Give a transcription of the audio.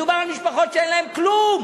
מדובר על משפחות שאין להן כלום.